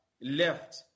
left